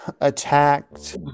attacked